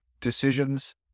decisions